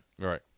Right